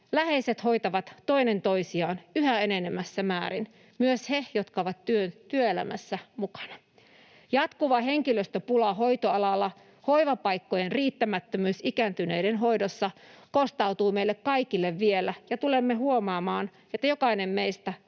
läheiset hoitavat toinen toisiaan yhä enenevässä määrin — myös he, jotka ovat työelämässä mukana. Jatkuva henkilöstöpula hoitoalalla ja hoivapaikkojen riittämättömyys ikääntyneiden hoidossa kostautuvat meille kaikille vielä, ja tulemme huomaamaan, että jokainen meistä